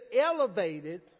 elevated